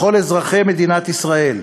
לכל אזרחי מדינת ישראל,